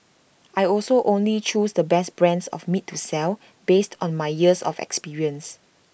I also only choose the best brands of meat to sell based on my years of experience